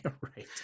Right